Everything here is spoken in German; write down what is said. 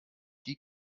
die